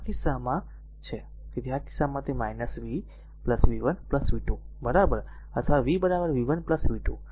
તેથી આ કિસ્સામાં r તેથી આ કિસ્સામાં તે છે v v 1 v 2 બરાબર અથવા v v 1 v 2